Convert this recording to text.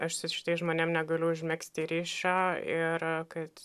aš su šitais žmonėm negaliu užmegzti ryšio ir kad